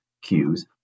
cues